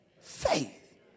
faith